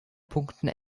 punkten